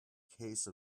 case